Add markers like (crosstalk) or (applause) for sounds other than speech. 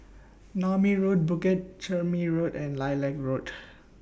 Naumi rule Bukit Chermin Road and Lilac Road (noise)